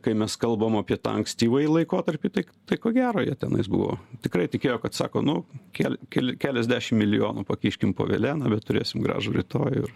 kai mes kalbam apie tą ankstyvąjį laikotarpį tai k tai ko gero jie tenais buvo tikrai tikėjo kad sako nu kel keli keliasdešim milijonų pakiškim po velėna bet turėsim gražų rytojų ir